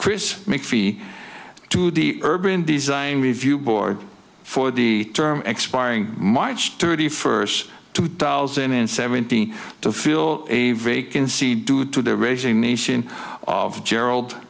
chris make fee to the urban design review board for the term expiring march thirty first two thousand and seventeen to fill a vacancy due to the racing nation of gerald